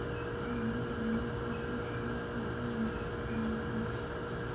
महीन धानेर केते की किसम माटी डार कर?